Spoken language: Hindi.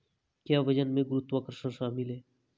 क्या वजन में गुरुत्वाकर्षण शामिल है?